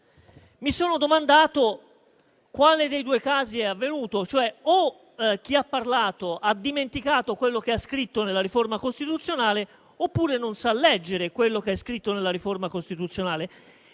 mi sono domandato quale dei due casi sia avvenuto: o chi ha parlato ha dimenticato quello che ha scritto nella riforma costituzionale oppure non sa leggere quello che è scritto nella riforma costituzionale.